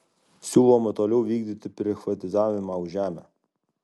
siūloma toliau vykdyti prichvatizavimą už žemę